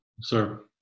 Sir